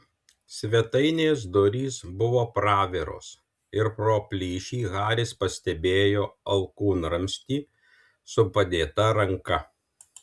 svetainės durys buvo praviros ir pro plyšį haris pastebėjo alkūnramstį su padėta ranka